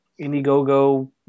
Indiegogo